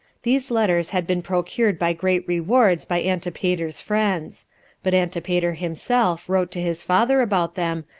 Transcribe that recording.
these letters had been procured by great rewards by antipater's friends but antipater himself wrote to his father about them,